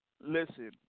Listen